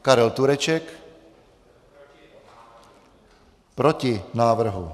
Karel Tureček: Proti návrhu.